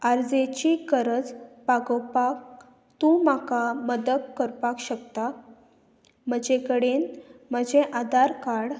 आर्जेची गरज भागोवपाक तूं म्हाका मदत करपाक शकता म्हजे कडेन म्हजें आदार कार्ड